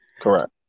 Correct